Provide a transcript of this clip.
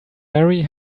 marry